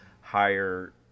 higher